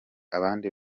abandi